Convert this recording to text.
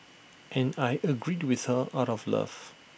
and I agreed with her out of love